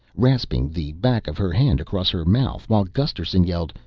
rasping the back of her hand across her mouth, while gusterson yelled,